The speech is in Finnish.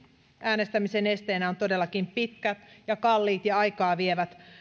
äänestämisen esteenä ovat todellakin pitkät ja kalliit ja aikaa vievät